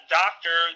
doctor